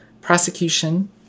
prosecution